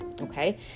Okay